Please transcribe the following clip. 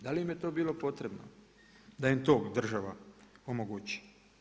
Da li im je to bilo potrebno da im to država omogući?